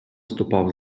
ступав